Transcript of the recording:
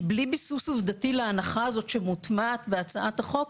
כי בלי ביסוס עובדתי להנחה הזאת שמוטמעת בהצעת החוק,